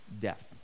death